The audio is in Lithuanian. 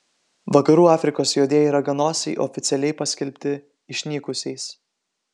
vakarų afrikos juodieji raganosiai oficialiai paskelbti išnykusiais